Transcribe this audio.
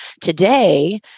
today